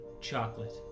Chocolate